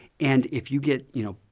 and if you get, you know,